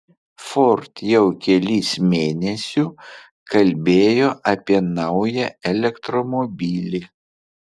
ford jau kelis mėnesiu kalbėjo apie naują elektromobilį